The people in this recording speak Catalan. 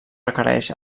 requereix